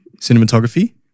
cinematography